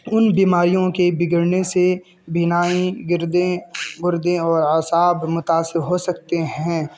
ان بیماریوں کے بگڑنے سے بینائی گردیں گردے اور اعصاب متاثر ہو سکتے ہیں